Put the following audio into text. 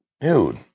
dude